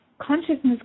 consciousness